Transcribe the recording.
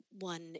one